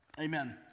Amen